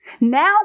now